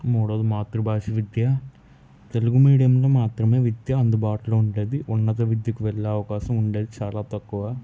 మూడోది మాతృభాష విద్య తెలుగు మీడియంలో మాత్రమే విద్య అందుబాటులో ఉండేది ఉన్నత విద్యకు వెళ్ళే అవకాశం ఉండేది చాలా తక్కువ